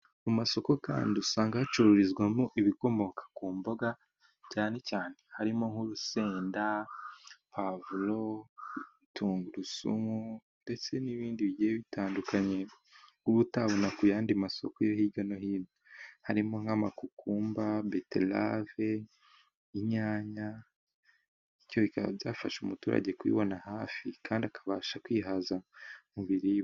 Mu masoko kandi usanga hacururizwamo ibikomoka ku mboga, cyane cyane harimo nk'urusenda, puwavuro, tungurusumu, ndetse n'ibindi bigiye bitandukanye uba utabona ku yandi masoko yo hirya no hino, harimo nk'amakukumba, beterave, inyanya, bityo bikaba byafasha umuturage kubibona hafi kandi akabasha kwihaza mu biribwa.